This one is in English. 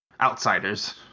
outsiders